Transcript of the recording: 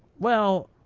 well,